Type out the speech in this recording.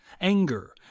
anger